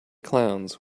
clowns